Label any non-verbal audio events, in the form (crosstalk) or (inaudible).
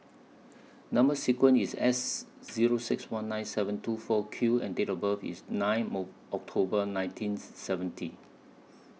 Number sequence IS S Zero six one nine seven two four Q and Date of birth IS nine (hesitation) October nineteen seventy